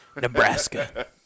Nebraska